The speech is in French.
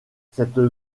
cette